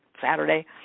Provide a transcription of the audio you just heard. Saturday